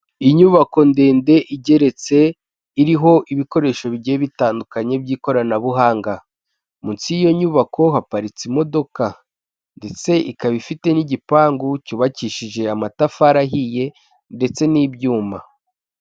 Inyubako ndende igeretse iriho ibikoresho bigiye bitandukanye by'ikoranabuhanga, munsi y'iyo nyubako haparitse imodoka, ndetse ikaba ifite n'igipangu cyubakishije amatafari ahiye ndetse n'ibyuma.